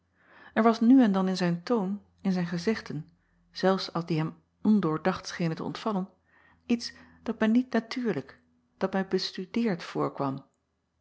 r was nu en dan in zijn toon in zijn gezegden acob van ennep laasje evenster delen zelfs als die hem ondoordacht schenen te ontvallen iets dat mij niet natuurlijk dat mij bestudeerd voorkwam